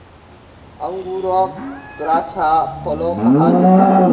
अन्गूरोक द्राक्षा फलो कहाल जाहा